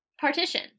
partition